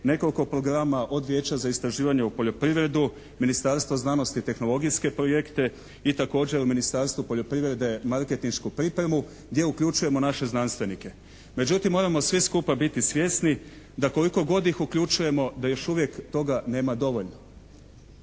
nekoliko programa od Vijeća za istraživanje u poljoprivredu, Ministarstva znanosti i tehnologijske projekte i također u Ministarstvu poljoprivrede marketinšku pripremu gdje uključujemo naše znanstvenike. Međutim, moramo svi skupa biti svjesni da koliko god ih uključujemo da još uvijek toga nema dovoljno.